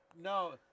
No